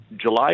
July